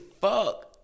fuck